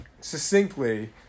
succinctly